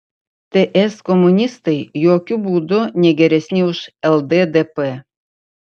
ts komunistai jokiu būdu ne geresni už lddp